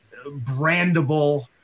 brandable